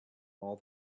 all